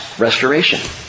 restoration